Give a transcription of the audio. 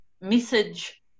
message